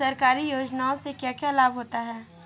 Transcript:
सरकारी योजनाओं से क्या क्या लाभ होता है?